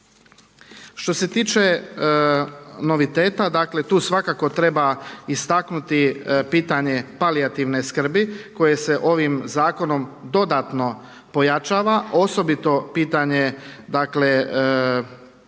Što se tiče noviteta tu svakako treba istaknuti pitanje palijativne skrbi koje se ovim zakonom dodatno pojačava. Osobito pitanje palijativne skrbi